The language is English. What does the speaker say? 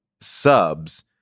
subs